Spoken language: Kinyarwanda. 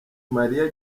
maria